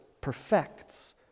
perfects